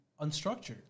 unstructured